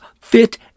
fit